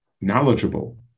knowledgeable